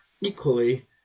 equally